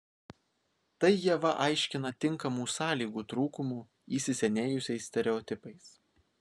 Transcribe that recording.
tai ieva aiškina tinkamų sąlygų trūkumu įsisenėjusiais stereotipais